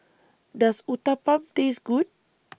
Does Uthapam Taste Good